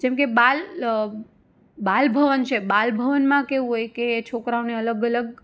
જેમકે બાલ બાલ ભવન છે બાલ ભવનમાં કેવું હોય કે છોકરાઓને અલગ અલગ